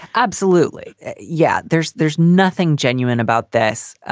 absolutely yeah. there's there's nothing genuine about this